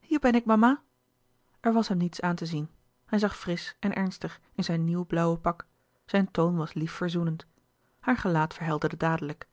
hier ben ik mama er was hem niets aan te zien hij zag frisch en ernstig in zijn nieuw blauwe pak zijn toon was lief verzoenend haar gelaat verhelderde dadelijk